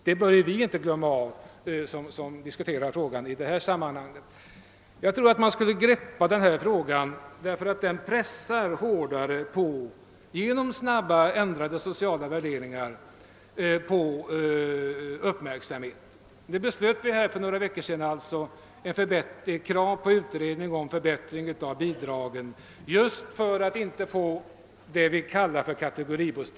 Det bör vi inte glömma bort när vi diskuterar denna fråga. Jag tycker att vi borde angripa denna fråga, eftersom den genom ändrade sociala värderingar alltmer drar till sig uppmärksamheten. Riksdagen beslöt för några veckor sedan att kräva en förbättring av bidragen på detta område för att undvika s.k. kategoribebyggelse.